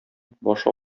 баш